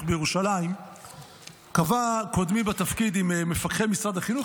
בירושלים קבע קודמי בתפקיד עם מפקחי משרד החינוך,